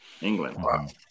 England